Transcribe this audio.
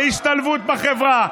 להשתלבות בחברה,